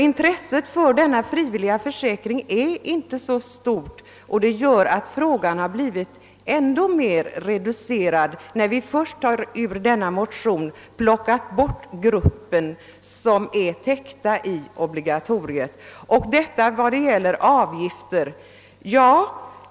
Intresset för denna frivilliga försäkring är alltså inte så stort, och frågan har blivit ännu mer reducerad sedan vi ur denna motion plockat bort de grupper som är täckta i obligatoriet.